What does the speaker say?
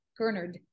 Gernard